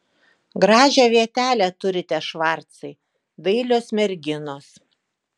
gražią vietelę turite švarcai dailios merginos